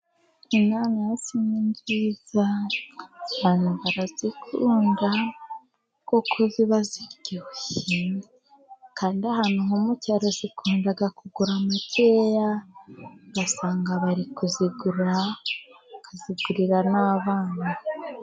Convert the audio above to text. Inanasi ni nziza abantu barazikunda kuko ziba ziryoshye, kandi ahantu nko mu cyaro zikunda kugura makeya, ugasanga bari kuzigura bakazigurira n'abana.